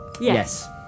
Yes